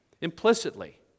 implicitly